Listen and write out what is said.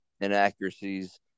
inaccuracies